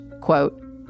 quote